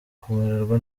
kumererwa